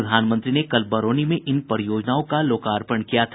प्रधानमंत्री ने कल बरौनी में इन परियोजनाओं का लोकार्पण किया था